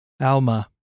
Alma